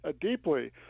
deeply